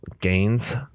gains